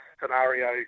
scenario